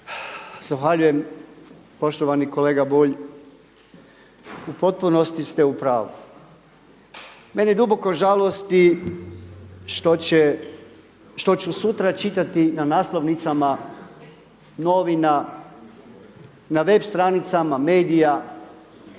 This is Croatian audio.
Zahvaljujem. Poštovani kolega Bulj u potpunosti ste u pravu. Mene duboko žalosti što ću sutra čitati na naslovnicama novina, na web stranicama medija